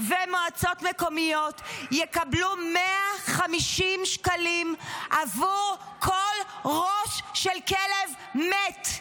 ומועצות מקומיות יקבלו 150 שקלים בעבור כל ראש של כלב מת.